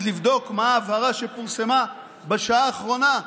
לבדוק מה ההבהרה שפורסמה בשעה האחרונה.